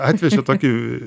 atvežė tokį